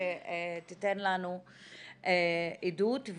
שתתן לנו עדות.